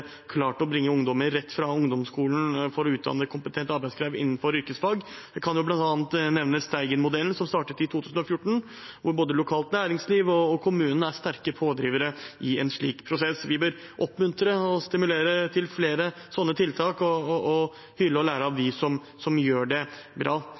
å bringe ungdommer rett fra ungdomsskolen for å utdanne kompetent arbeidskraft innenfor yrkesfag. Jeg kan bl.a. nevne Steigenmodellen, som startet i 2014, hvor både lokalt næringsliv og kommunen er sterke pådrivere i en slik prosess. Vi bør oppmuntre og stimulere til flere sånne tiltak og hylle og lære av dem som gjør det bra.